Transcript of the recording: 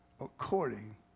according